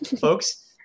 folks